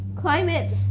Climate